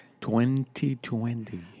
2020